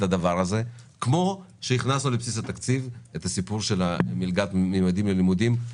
הדבר הזה; כמו שהכנסנו לבסיס התקציב את מלגת ממדים ללימודים,